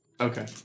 Okay